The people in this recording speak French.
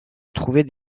trouvaient